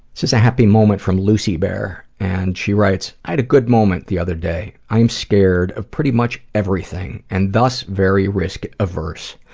this is a happy moment from lucy bear. and she writes, i had a good moment the other day. i'm scared of pretty much everything and thus very risk adverse.